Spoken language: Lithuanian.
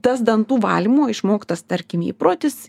tas dantų valymo išmoktas tarkim įprotis